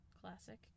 classic